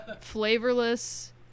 flavorless